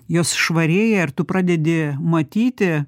jos švarėja ir tu pradedi matyti